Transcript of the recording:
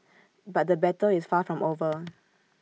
but the battle is far from over